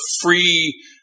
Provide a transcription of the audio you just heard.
free